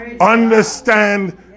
Understand